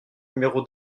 numéro